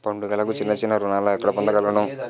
పండుగలకు చిన్న చిన్న రుణాలు ఎక్కడ పొందగలను?